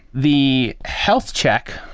the health check,